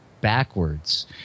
backwards